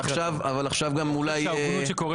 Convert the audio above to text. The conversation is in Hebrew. עכשיו בטח זה יהיה שונה.